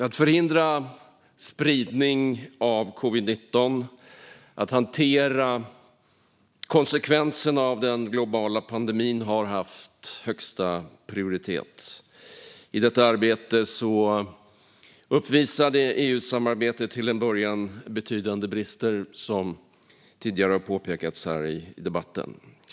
Att förhindra spridning av covid-19 och hantera konsekvenserna av den globala pandemin har haft högsta prioritet. I detta arbete uppvisade EU-samarbetet till en början betydande brister, som tidigare har påpekats här i debatten.